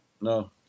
No